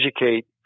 educate